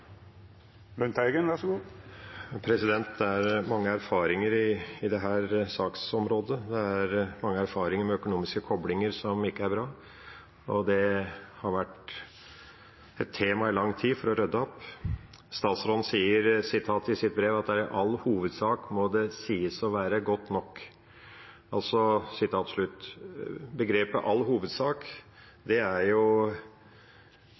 mange erfaringer på dette saksområdet, det er mange erfaringer med økonomiske koblinger som ikke er bra. Det har i lang tid vært et tema å rydde opp. Statsråden sier i sitt brev at det «i all hovedsak må sies å være godt nok». Uttrykket «i all hovedsak»